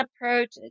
approach